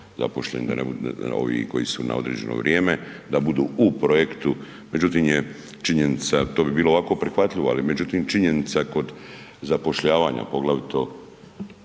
zaposlen ovi koji su na određeno vrijeme da budu u projektu. Međutim, činjenica je da bi to bilo ovako prihvatljivo, ali međutim činjenica kod zapošljavanja poglavito